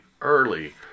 early